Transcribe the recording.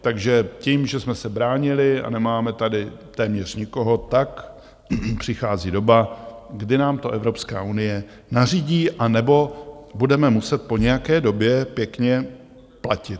Takže tím, že jsme se bránili a nemáme tady téměř nikoho, tak přichází doba, kdy nám to Evropská unie nařídí anebo budeme muset po nějaké době pěkně platit.